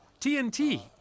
TNT